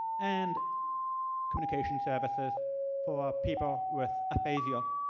and communication services for people with aphasia,